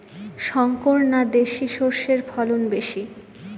শংকর না দেশি সরষের ফলন বেশী?